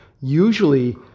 usually